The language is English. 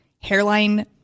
hairline